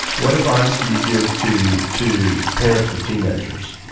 what advice do you give to to parents with teenagers?